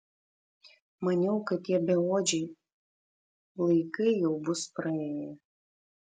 maniau kad tie beodžiai laikai jau bus praėję